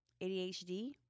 ADHD